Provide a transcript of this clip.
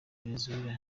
venezuela